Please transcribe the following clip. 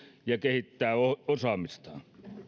ja kehittää osaamistaan